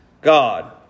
God